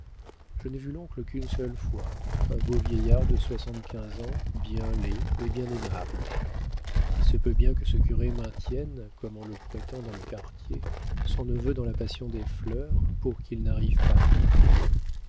je n'ai vu l'oncle qu'une seule fois un beau vieillard de soixante-quinze ans bien laid mais bien aimable il se peut bien que ce curé maintienne comme on le prétend dans le quartier son neveu dans la passion des fleurs pour qu'il n'arrive pas pis